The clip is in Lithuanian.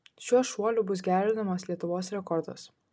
šiuo šuoliu bus gerinamas lietuvos rekordas